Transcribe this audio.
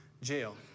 Jail